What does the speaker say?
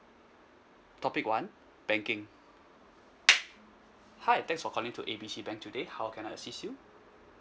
topic one banking hi thanks for calling to A B C bank today how can I assist you